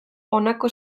honako